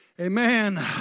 Amen